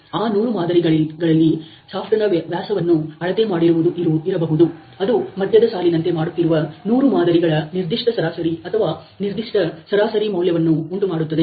ಆ 100 ಮಾದರಿಗಳಲ್ಲಿ ಶಾಪ್ಟನ ವ್ಯಾಸವನ್ನು ಅಳತೆ ಮಾಡಿರುವುದು ಇರಬಹುದು ಅದು ಮದ್ಯದ ಸಾಲಿನಂತೆ ಮಾಡುತ್ತಿರುವ ನೂರು ಮಾದರಿಗಳ ನಿರ್ದಿಷ್ಟ ಸರಾಸರಿ ಅಥವಾ ನಿರ್ದಿಷ್ಟ ಸರಾಸರಿ ಮೌಲ್ಯವನ್ನು ಉಂಟುಮಾಡುತ್ತದೆ